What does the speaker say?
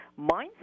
mindset